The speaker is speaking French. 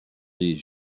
dis